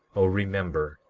oh, remember,